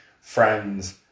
friends